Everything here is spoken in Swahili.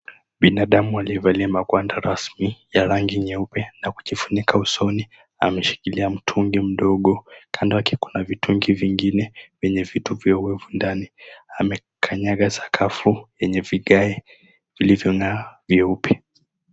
Binadamu aliyevalia magwanda rasmi ya rangi nyeupe na kujifunika usoni ameshikilia mtungi mdogo kando yake kuna vitungu vingine vyenye vitupio ndani, amekanyanga sakafu yenye vigae vilivyong'aa vyeupe.